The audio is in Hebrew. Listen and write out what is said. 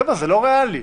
חבר'ה, זה לא ריאלי.